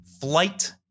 flight